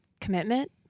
commitment